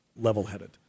level-headed